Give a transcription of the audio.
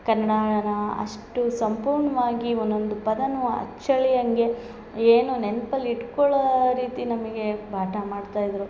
ಕನ್ನಡನ ಅಷ್ಟು ಸಂಪೂರ್ಣವಾಗಿ ಒನ್ನೊಂದು ಪದನು ಅಚ್ಚಳಿಯಂಗೆ ಏನು ನೆನ್ಪಲ್ಲಿ ಇಟ್ಕೊಳ್ಳೋ ರೀತಿ ನಮಗೆ ಪಾಠ ಮಾಡ್ತಾಯಿದ್ದರು